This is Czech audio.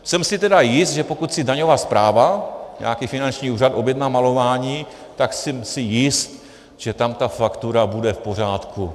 Jsem si tedy jist, že pokud si daňová správa, nějaký finanční úřad, objedná malování, tak jsem si jist, že tam ta faktura bude v pořádku.